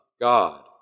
God